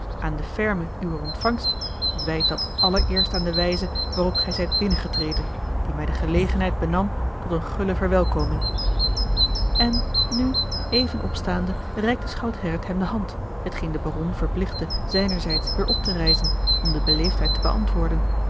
aan de forme uwer ontvangst wijt dat allereerst aan de wijze waarop gij zijt binnengetreden die mij de gelegenheid benam tot eene gulle verwelkoming en nu even opstaande reikte schout gerrit hem de hand hetgeen de baron verplichtte zijnerzijds weêr op te rijzen om de beleefdheid te beantwoorden